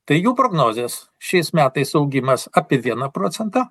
tai jų prognozės šiais metais augimas apie vieną procentą